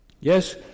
Yes